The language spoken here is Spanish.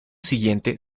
siguiente